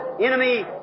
enemy